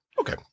Okay